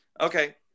Okay